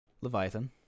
Leviathan